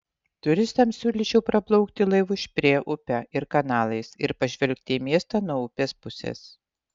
turistams siūlyčiau praplaukti laivu šprė upe ir kanalais ir pažvelgti į miestą nuo upės pusės